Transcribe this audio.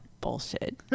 bullshit